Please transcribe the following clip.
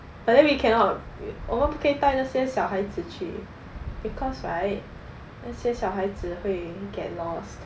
but then we cannot 我们不可以带那些小孩子去 because right 那些小孩子会 get lost